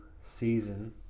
season